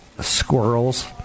squirrels